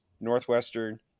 Northwestern